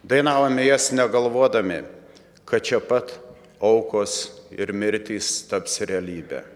dainavome jas negalvodami kad čia pat aukos ir mirtys taps realybe